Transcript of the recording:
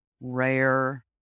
rare